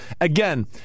Again